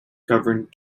governed